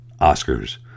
Oscars